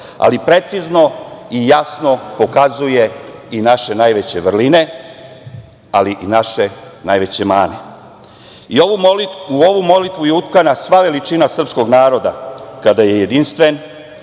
ali precizno i jasno pokazuje i naše najveće vreline, ali i naše najveće mane.U ovu molitvu je utkana sva veličina srpskog naroda kada je jedinstven,